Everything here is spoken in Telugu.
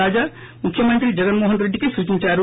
రాజా ముఖ్యమంత్రి జగన్మోహన్రెడ్డికి సూచిందారు